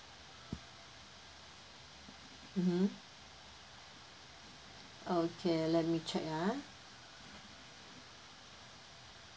mmhmm okay let me check ah